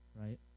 right